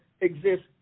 exist